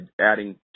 adding